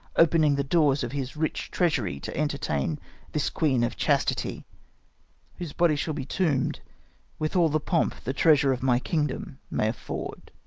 opening the doors of his rich treasury to entertain this queen of chastity whose body shall be tomb'd with all the pomp the treasure of my kingdom may afford.